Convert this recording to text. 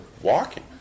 walking